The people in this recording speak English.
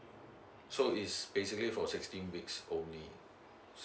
so is basically for sixteen weeks only